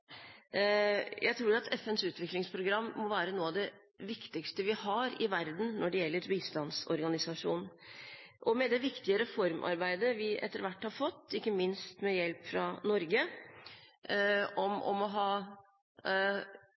Jeg tror FNs utviklingsprogram må være noe av det viktigste vi har i verden når det gjelder bistandsorganisasjoner. Og med det viktige reformarbeidet vi etter hvert har fått, ikke minst med hjelp fra Norge, for å